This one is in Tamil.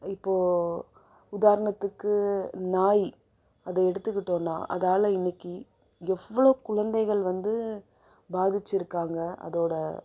இப்போ உதாரணத்துக்கு நாய் அது எடுத்துக்கிட்டோன்னா அதால் இன்னக்கு எவ்வளோ குழந்தைகள் வந்து பாதிச்சிருக்காங்க அதோட